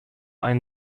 ein